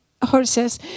Horses